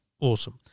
awesome